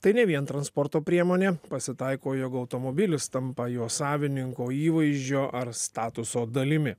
tai ne vien transporto priemonė pasitaiko jog automobilis tampa jo savininko įvaizdžio ar statuso dalimi